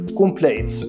compleet